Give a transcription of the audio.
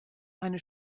eine